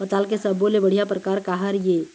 पताल के सब्बो ले बढ़िया परकार काहर ए?